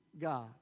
god